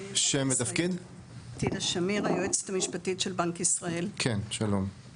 טידה שמיר, היועצת המשפטית של בנק ישראל.